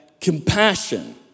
compassion